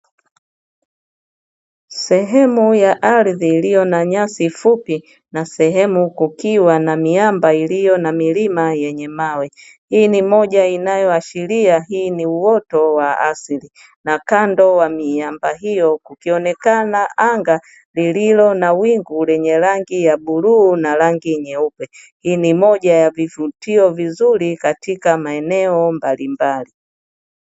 Sehemu ya ardhi iliyo na nyasi fupi na sehemu kukiwa na miamba iliyo na milima yenye mawe, hii ni moja inayoashiria ni uoto wa asili. Na kando ya miamba hiyo kukionekana anga lililo na rangi ya bluu na rangi nyeupe. Hii ni moja ya vivutio vizuri katika maeneo mbali mbali.